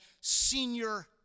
Senior